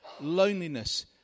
loneliness